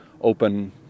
open